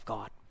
God